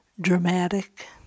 Dramatic